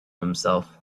himself